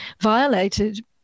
violated